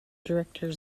director